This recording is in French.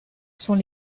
sont